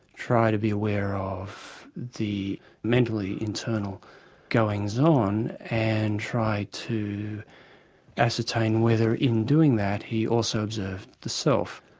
try to be aware of the mentally internal goings on and try to ascertain whether in doing that, he also observed the self.